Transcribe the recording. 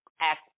act